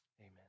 Amen